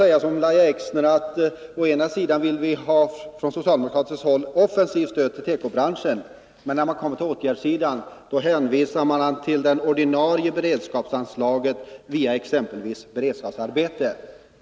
Från socialdemokratiskt håll säger man sig alltså vilja ha offensiva åtgärder för att stödja tekobranschen. Men när sedan åtgärder föreslås hänvisar socialdemokraterna till det ordinarie anslaget för exempelvis beredskapsarbete.